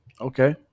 Okay